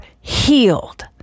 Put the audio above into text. healed